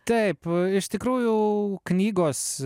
taip iš tikrųjų knygos